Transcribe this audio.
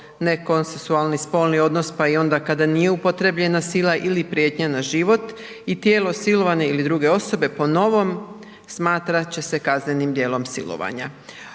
nekonsenzualni spolni odnos pa i onda kada nije upotrijebljena sila ili prijetnja na život i tijelo silovane ili druge osobe po novom smatrat će se kaznenim djelom silovanja.